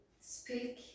speak